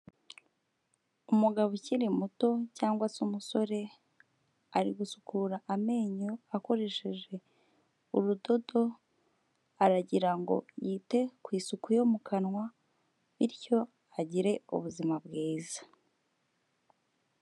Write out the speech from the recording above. Umugabo ukiri muto cyangwa se umusore, ari gusukura amenyo akoresheje urudodo, aragira ngo yite ku isuku yo mu kanwa bityo agire ubuzima bwiza.